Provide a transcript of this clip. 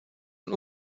und